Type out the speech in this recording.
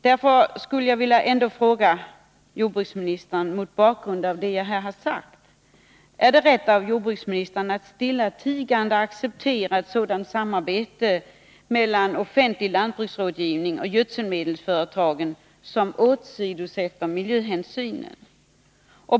Därför skulle jag vilja fråga jordbruksministern, mot bakgrund av det jag här har sagt: Är det rätt av jordbruksministern att stillatigande acceptera ett sådant samarbete mellan offentlig lantbruksrådgivning och gödselmedelsföretagen, som åsidosätter miljöhänsynen?